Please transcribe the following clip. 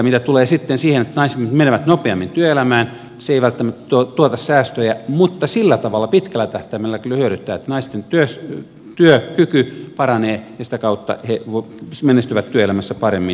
mitä tulee sitten siihen että naiset menevät nopeammin työelämään se ei välttämättä tuota säästöjä mutta sillä tavalla pitkällä tähtäimellä kyllä hyödyttää että naisten työkyky paranee ja sitä kautta he menestyvät työelämässä paremmin